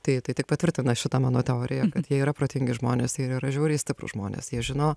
tai tai tik patvirtina šitą mano teoriją kad jie yra protingi žmonės jie yra žiauriai stiprūs žmonės jie žino